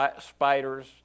spiders